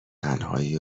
تنهایی